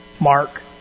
Mark